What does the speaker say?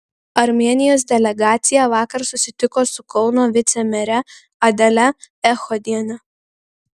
armėnijos delegacija vakar susitiko su kauno vicemere adele echodiene